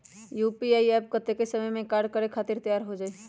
UPI app कतेइक समय मे कार्य करे खातीर तैयार हो जाई?